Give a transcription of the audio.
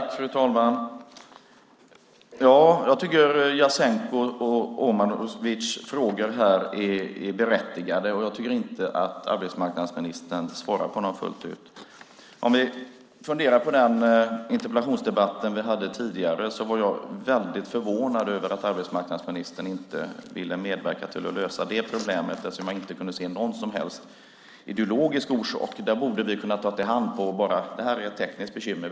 Fru talman! Jag tycker att Jasenko Omanovics frågor här är berättigade, och jag tycker inte att arbetsmarknadsministern svarar på dem fullt ut. I den interpellationsdebatt som vi hade tidigare var jag väldigt förvånad över att arbetsmarknadsministern inte ville medverka till att lösa det problemet, eftersom jag inte kunde se någon som helst ideologisk orsak. Vi borde ha kunnat ta i hand och säga: Det här är ett tekniskt bekymmer.